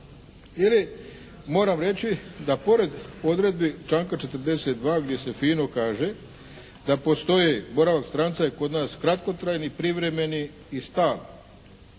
Ili moram reći da pored odredbi članka 42. gdje se fino kaže da postoji boravak stranca je kod nas kratkotrajni, privremeni i stalni,